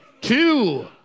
two